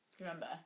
Remember